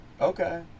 okay